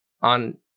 on